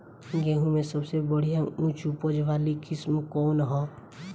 गेहूं में सबसे बढ़िया उच्च उपज वाली किस्म कौन ह?